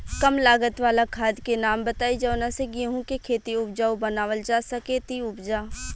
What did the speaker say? कम लागत वाला खाद के नाम बताई जवना से गेहूं के खेती उपजाऊ बनावल जा सके ती उपजा?